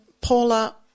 Paula